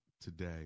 today